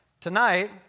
Tonight